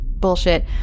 bullshit